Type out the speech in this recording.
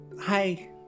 hi